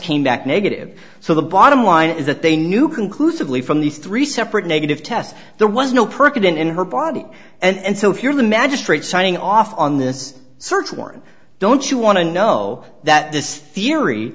came back negative so the bottom line is that they knew conclusively from these three separate negative tests there was no percodan in her body and so if you're the magistrate signing off on this search warrant don't you want to know that this theory